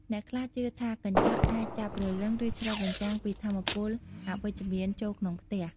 អ្នកខ្លះជឿថាកញ្ចក់អាចចាប់ព្រលឹង ឬឆ្លុះបញ្ចាំងពីថាមពលអវិជ្ជមានចូលក្នុងផ្ទះ។